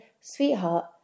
sweetheart